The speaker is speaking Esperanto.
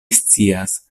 scias